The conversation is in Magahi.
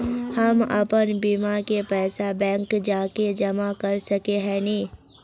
हम अपन बीमा के पैसा बैंक जाके जमा कर सके है नय?